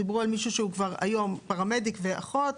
דיברו על מישהו שהוא כבר היום פרמדיק ואחות.